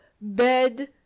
bed